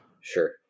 Sure